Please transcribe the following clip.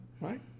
right